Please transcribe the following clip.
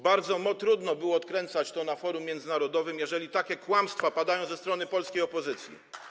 Bardzo trudno było to odkręcać na forum międzynarodowym, jeżeli takie kłamstwa padają ze strony polskiej opozycji.